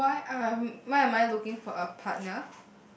why I'm why am I looking for a partner